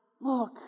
Look